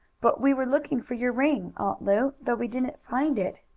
but we were looking for your ring, aunt lu, though we didn't find it.